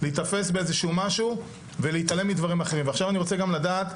להיתפס באיזה משהו ולהתעלם מדברים אחרים ועכשיו אני רוצה גם לדעת,